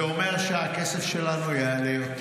זה אומר שהכסף שלנו יעלה יותר,